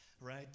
Right